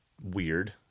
weird